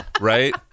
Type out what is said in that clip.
right